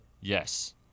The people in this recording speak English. Yes